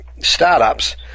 startups